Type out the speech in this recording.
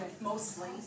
mostly